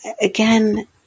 again